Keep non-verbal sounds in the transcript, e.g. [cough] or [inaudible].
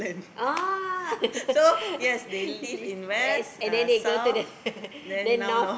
oh [laughs] and then they go to the [laughs] then north